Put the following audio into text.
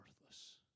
worthless